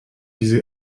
diese